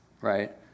right